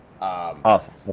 Awesome